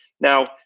Now